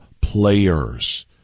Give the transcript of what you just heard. players